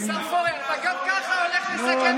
השר פורר, גם ככה את הולך לסכם עכשיו שלוש שעות.